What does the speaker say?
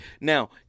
now